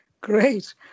Great